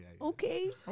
Okay